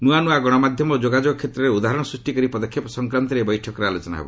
ନୂଆ ନୂଆ ଗଣମାଧ୍ୟମ ଓ ଯୋଗାଯୋଗ କ୍ଷେତ୍ରରେ ଉଦାହରଣ ସୃଷ୍ଟିକାରୀ ପଦକ୍ଷେପ ସଂକ୍ରାନ୍ତରେ ଏହି ବୈଠକରେ ଆଲୋଚନା ହେବ